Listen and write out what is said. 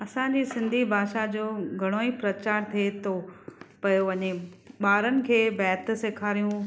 असांजी सिंधी भाषा जो घणो ई प्रचारु थिए थो पियो वञे ॿारनि खे बैत सेखारियूं